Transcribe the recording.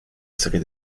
tirer